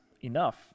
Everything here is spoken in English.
enough